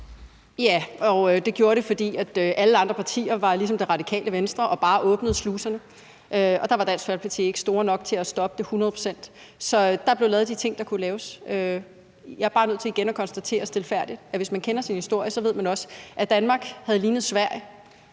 Ja, og det gjorde det, fordi alle andre partier var ligesom Radikale Venstre og bare åbnede sluserne. Der var Dansk Folkeparti ikke store nok til at stoppe det hundrede procent, så der blev lavet de ting, der kunne laves. Jeg er bare nødt til igen at konstatere stilfærdigt, at hvis man kender sin historie, ved man også, at Danmark havde lignet Sverige,